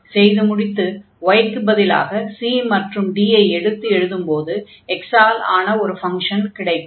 செய்து முடித்து y க்குப் பதிலாக c மற்றும் d ஐ எடுத்து எழுதும்போது x ஆல் ஆன ஒரு ஃபங்ஷன் கிடைக்கும்